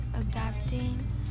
adapting